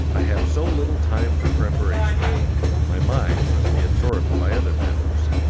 i have so little time for preparation my mind must be absorbed by other matters.